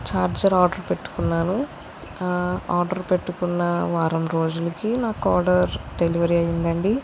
charger order పెట్టుకున్నాను order పెట్టుకున్నా వారం రోజులకి నాకు ఆర్డర్ డెలివరీ అయిందండి